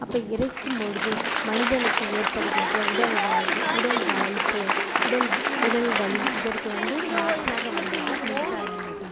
அப்போ இறைக்கும் பொழுது மனிதனுக்கு ஏற்படுகின்ற உடல் உடல் அலுப்பு உடல் உடல் வலி இதற்கு வந்து மாற்றாக வந்தது தான் மின்சார மோட்டார்